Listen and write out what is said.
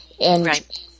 Right